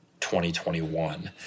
2021